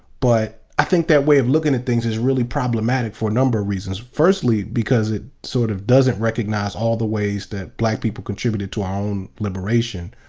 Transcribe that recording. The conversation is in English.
but i think that way of looking at things is really problematic for a number of reasons. firstly, because it sort of doesn't recognize all the ways that black people contributed to our own liberation,